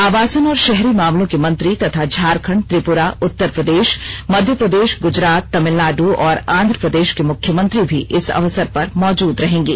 आवासन और शहरी मामलों के मंत्री तथा झारखंड त्रिपुरा उत्तर प्रदेश मध्य प्रदेश गुजरात तमिलनाडु और आंध्र प्रदेश के मुख्यमंत्री भी इस अवसर पर मौजूद रहेंगे